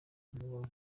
amababa